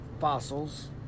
fossils